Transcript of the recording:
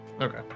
okay